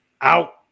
Out